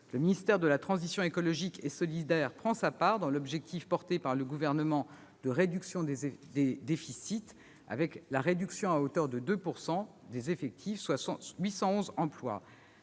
le ministère de la transition écologique et solidaire prend sa part dans l'objectif porté par le Gouvernement de réduction des déficits, avec une baisse à hauteur de 2 % des effectifs, soit 811 emplois,